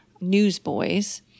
newsboys